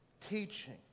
teaching